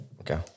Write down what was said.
Okay